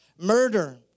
Murder